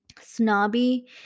snobby